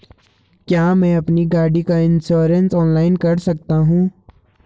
क्या मैं अपनी गाड़ी का इन्श्योरेंस ऑनलाइन कर सकता हूँ?